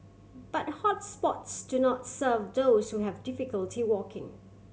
but hots spots do not serve those who have difficulty walking